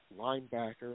linebacker